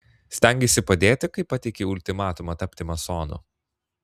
stengeisi padėti kai pateikei ultimatumą tapti masonu